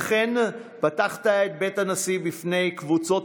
וכן פתחת את בית הנשיא בפני קבוצות